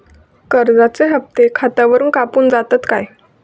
कर्जाचे हप्ते खातावरून कापून जातत काय?